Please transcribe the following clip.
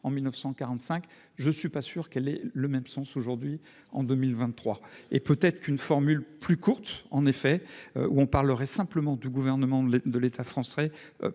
en 1945, je suis pas sûr qu'elle ait le même sens aujourd'hui en 2023 et peut être qu'une formule plus courte en effet où on parlerait simplement du gouvernement de l'État français